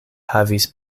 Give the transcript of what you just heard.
havis